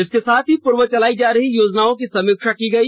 इसके साथ ही पूर्व चलाई जा रही योजनाओं की समीक्षा की गई